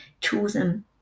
chosen